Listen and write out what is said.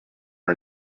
are